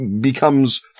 becomes